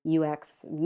UX